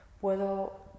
puedo